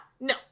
No